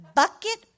bucket